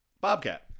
Bobcat